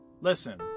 Listen